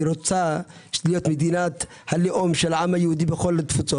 היא רוצה להיות מדינת הלאום של העם היהודי בכל התפוצות